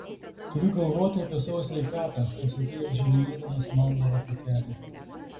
turiu galvoti apie savo sveikatą pasakei apžiūrinėdamas marlboro pakelį